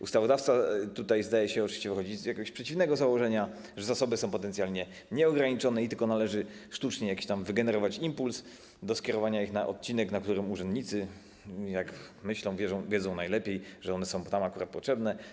Ustawodawca tutaj zdaje się oczywiście wychodzić z jakiegoś przeciwnego założenia o tym, że zasoby są potencjalnie nieograniczone i tylko należy sztucznie jakoś tam wygenerować impuls do skierowania ich na odcinek, na którym - jak urzędnicy myślą, wiedzą najlepiej - są one akurat potrzebne.